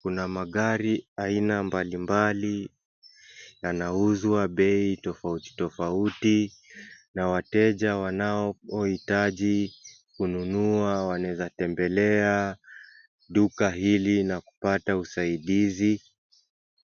Kuna magari aina mbalimbali yanauzwa bei tofauti tofauti na wateja wanapohitaji kununua wanaweza tembelea duka hili na kupata usaidizi.